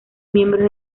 miembros